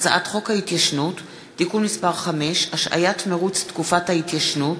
הצעת חוק ההתיישנות (תיקון מס' 5) (השעיית מירוץ תקופת ההתיישנות),